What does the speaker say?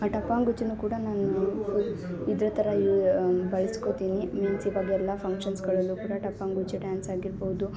ಟಪ್ಪಾಂಗ್ಗುಚ್ಚಿನು ಕೂಡ ನಾನು ಫುಲ್ ಇದ್ರ ಥರ ಬಳ್ಸ್ಕೊತೀನಿ ಮೀನ್ಸ್ ಇವೆಗೆಲ್ಲಾ ಫಂಕ್ಷನ್ಸ್ಗಳಲ್ಲೂ ಕೂಡ ಟಪ್ಪಾಂಗ್ಗುಚ್ಚಿ ಡ್ಯಾನ್ಸ್ ಆಗಿರ್ಬೌದು